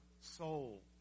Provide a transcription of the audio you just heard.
soul